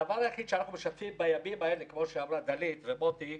הדבר היחיד בימים האלה, כמו שאמרו דלית ומוטי,